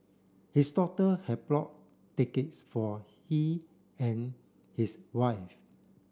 his daughter had brought tickets for he and his wife